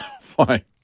Fine